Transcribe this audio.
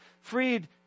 Freed